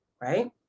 right